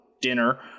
dinner